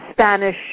Spanish